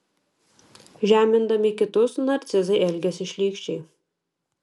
žemindami kitus narcizai elgiasi šlykščiai